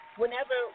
whenever